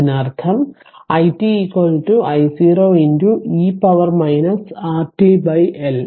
അതിനർത്ഥം i t I0 e RtL